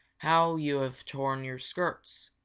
how you have torn your skirts!